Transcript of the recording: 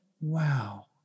wow